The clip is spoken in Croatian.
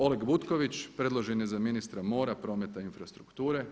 Oleg Butković predložen je za ministra mora, prometa i infrastrukture.